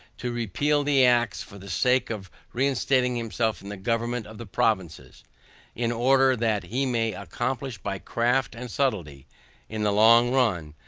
to repeal the acts for the sake of reinstating himself in the government of the provinces in order that he may accomplish by craft and subtility, in the long run,